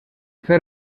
fer